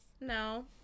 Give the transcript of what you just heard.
No